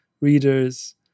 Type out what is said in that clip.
readers